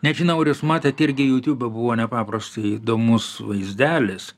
nežinau ar jūs matėt irgi jutiūbe buvo nepaprastai įdomus vaizdelis